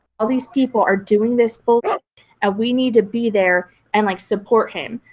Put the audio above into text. all these people are doing this bullsh-t and we need to be there and, like, support him.